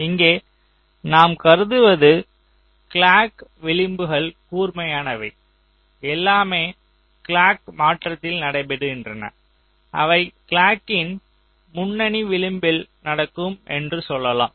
இங்கே நாம் கருதுவது கிளாக் விளிம்புகள் கூர்மையானவை எல்லாமே கிளாக் மாற்றத்தில் நடைபெறுகின்றன அவை கிளாக்கின் முன்னணி விளிம்பில் நடக்கும் என்று சொல்லலாம்